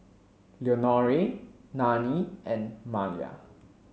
Leonore Nannie and Malia